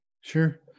Sure